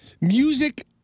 music